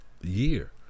year